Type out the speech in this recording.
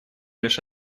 лишь